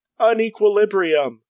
unequilibrium